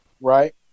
Right